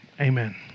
Amen